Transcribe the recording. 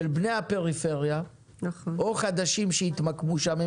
של בני הפריפריה או חדשים שהתמקמו שם.